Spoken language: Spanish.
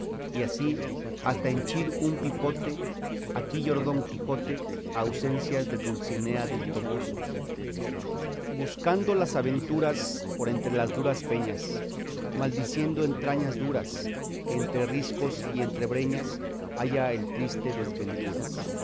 y así hasta henchir un pipote aquí lloró don quijote ausencias de dulcinea del toboso buscando las aventuras por entre las duras peñas maldiciendo entrañas duras que entre riscos y entre breñas halla el triste desventuras